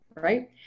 right